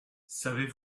savez